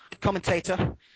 commentator